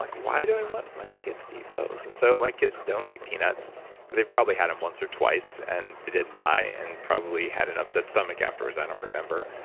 like why do i want my kids to eat those? and so my kids don't eat peanuts and they've probably had them once or twice and they didn't die and probably had an upset stomach afterwards. i don't remember.